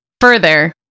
further